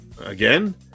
again